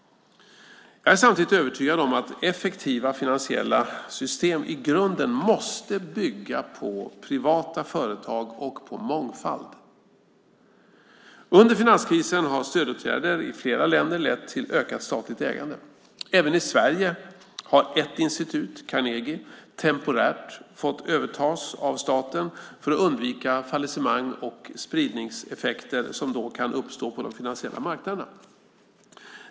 Jag är samtidigt övertygad om att effektiva finansiella system i grunden måste bygga på privata företag och på mångfald. Under finanskrisen har stödåtgärder i flera länder lett till ett ökat statligt ägande. Även i Sverige har ett institut - Carnegie - temporärt fått övertas av staten för att undvika fallissemang och de spridningseffekter som då kan uppstå på de finansiella marknaderna.